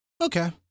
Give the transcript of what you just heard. Okay